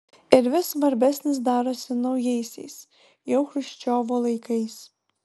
ir vis svarbesnis darosi naujaisiais jau chruščiovo laikais